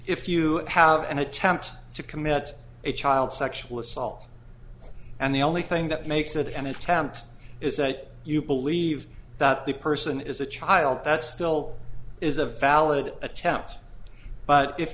if you have an attempt to commit a child sexual assault and the only thing that makes that an attempt is that you believe that the person is a child that still is a valid attempt but if